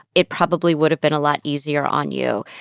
it probably would've been a lot easier on you.